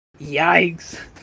Yikes